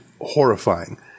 horrifying